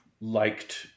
liked